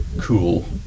cool